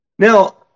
Now